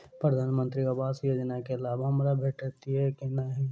प्रधानमंत्री आवास योजना केँ लाभ हमरा भेटतय की नहि?